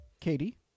Katie